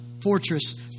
fortress